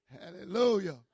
hallelujah